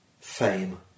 fame